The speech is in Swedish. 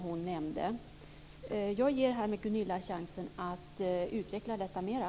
Härmed ger jag alltså Gunilla chansen att utveckla detta mera.